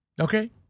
Okay